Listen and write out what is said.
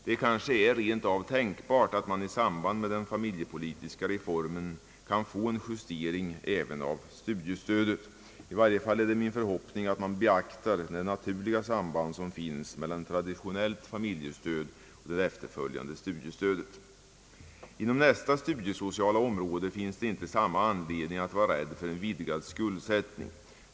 Det kanske rent av är tänkbart att man i samband med den familjepolitiska reformen kunde få en justering även av studiestödet. I varje fall är det min förhoppning, att man beaktar det naturliga samband som finns mellan det traditionella familjestödet och det efterföljande studiestödet. Inom nästa studiesociala område finns det inte samma anledning att vara rädd för en vidgad skuldsättning.